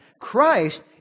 Christ